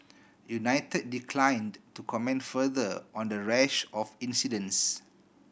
united declined to comment further on the rash of incidents